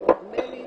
לגבי מי